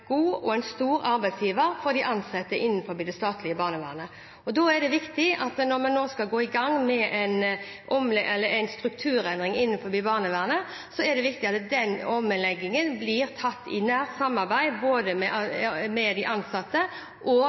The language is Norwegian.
stor arbeidsgiver for de ansatte innenfor det statlige barnevernet, og da er det, når vi nå skal gå i gang med en strukturendring innenfor barnevernet, viktig at omleggingen blir gjort i nært samarbeid med de ansatte og organisasjonene. Jeg er veldig glad for at man i det arbeidet som vi har satt i gang, allerede nå har hatt et godt møte med KS, og